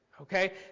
Okay